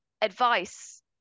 Advice